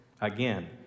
again